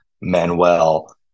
Manuel